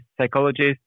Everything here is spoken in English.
psychologist